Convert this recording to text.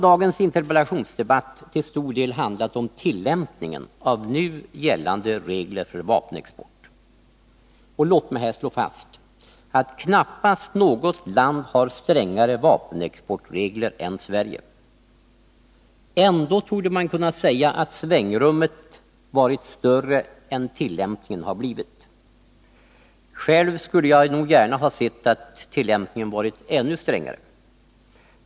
Dagens interpellationsdebatt har till stor del handlat om tillämpningen av nu gällande regler för vapenexport. Låt mig här slå fast att knappast något land har strängare vapenexportregler än Sverige. Ändå torde man kunna säga att svängrummet varit större än vad som i praktiken tillämpats. Själv skulle jag nog gärna ha sett att tillämpningen hade varit ännu strängare.